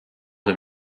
him